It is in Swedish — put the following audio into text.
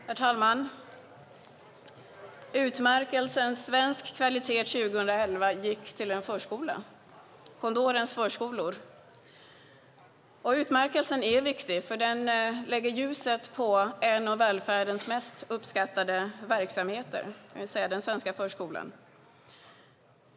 Herr talman! Utmärkelsen Svensk kvalitet 2011 gick till Condorens förskolor. Utmärkelsen är viktig, för den riktar ljuset mot en av välfärdens mest uppskattade verksamheter, den svenska förskolan.